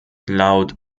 laut